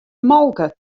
molke